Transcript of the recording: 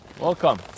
Welcome